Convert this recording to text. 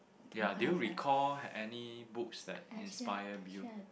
ya did you recall any books that inspired you